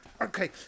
Okay